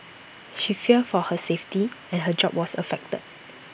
she feared for her safety and her job was affected